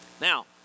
Now